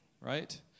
right